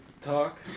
talk